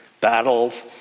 battles